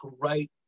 right